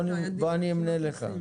אני אמנה לך.